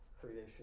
creation